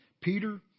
Peter